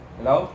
Hello